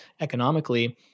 economically